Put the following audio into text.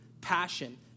passion